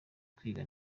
kwiga